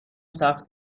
سخت